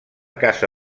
casa